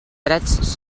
drets